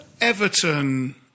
Everton